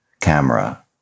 camera